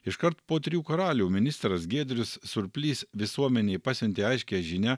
iškart po trijų karalių ministras giedrius surplys visuomenei pasiuntė aiškią žinią